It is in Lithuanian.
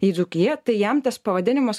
į dzūkiją tai jam tas pavadinimas